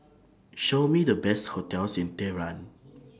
Show Me The Best hotels in Tehran